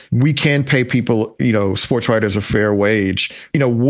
we can pay people, you know, sports writers a fair wage. you know,